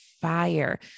fire